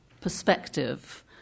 perspective